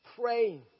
praying